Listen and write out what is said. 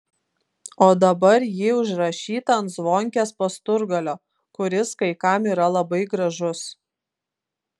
o dabar ji užrašyta ant zvonkės pasturgalio kuris kai kam yra labai gražus